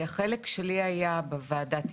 החלק שלי היה בוועדת איתור,